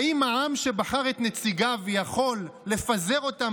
האם העם שבחר את נציגיו יכול לפזר אותם